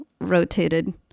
rotated